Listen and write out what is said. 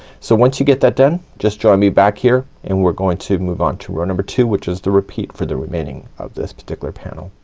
so once you get that done just join me back here and we're going to move on to row number two which is the repeat for the remaining of this particular panel.